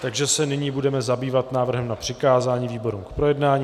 Takže se nyní budeme zabývat návrhem na přikázání výborům k projednání.